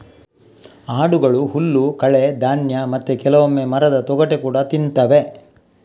ಆಡುಗಳು ಹುಲ್ಲು, ಕಳೆ, ಧಾನ್ಯ ಮತ್ತೆ ಕೆಲವೊಮ್ಮೆ ಮರದ ತೊಗಟೆ ಕೂಡಾ ತಿಂತವೆ